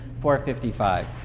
455